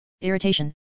irritation